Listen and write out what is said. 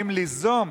חושבים ליזום